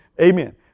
Amen